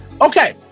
Okay